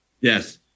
Yes